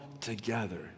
together